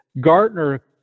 gartner